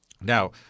Now